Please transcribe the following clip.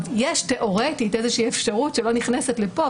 יש תיאורטית איזושהי אפשרות שלא נכנסת לפה,